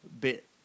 bit